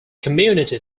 community